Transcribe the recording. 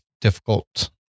difficult